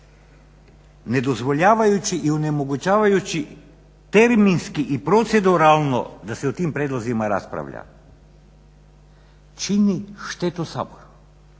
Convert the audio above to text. Nedozvoljavajući i onemogućavajući terminski i proceduralno da se o tim prijedlozima raspravlja čini štetu Saboru.